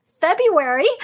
February